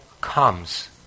comes